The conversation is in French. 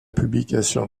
publication